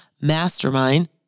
mastermind